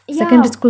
yeah